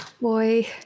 Boy